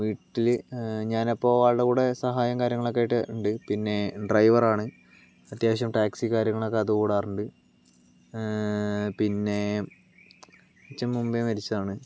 വീട്ടിൽ ഞാനപ്പോൾ ആളുടെ കൂടെ സഹായം കാര്യങ്ങളൊക്കെയായിട്ട് ഉണ്ട് പിന്നെ ഡ്രൈവറാണ് അത്യാവശ്യം ടാക്സി കാര്യങ്ങളൊക്കെ അതോടാറുണ്ട് പിന്നെ അച്ഛൻ മുമ്പേ മരിച്ചതാണ്